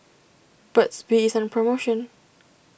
Burt's Bee is on promotion